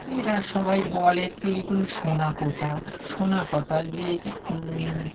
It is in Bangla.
এরা সবাই বলে তো এগুলি শোনা কথা শোনা কথা যে